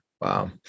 Wow